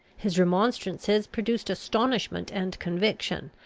his remonstrances produced astonishment and conviction,